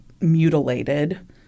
mutilated